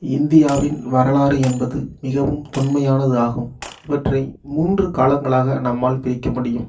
இந்தியாவின் வரலாறு என்பது மிகவும் தொன்மையானதாகும் இவற்றை மூன்று காலங்களாக நம்மால் பிரிக்க முடியும்